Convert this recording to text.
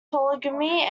polygamy